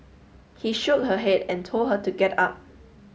he shook her head and told her to get up